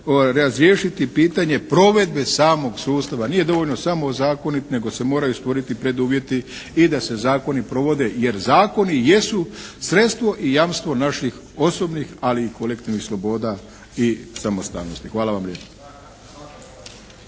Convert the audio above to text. razriješiti pitanje provedbe samog sustava. Nije dovoljno samo ozakoniti nego se moraju stvoriti preduvjeti i da se zakoni provode jer zakoni jesu sredstvo i jamstvo naših osobnih ali i kolektivnih sloboda i samostalnosti. Hvala vam